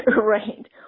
Right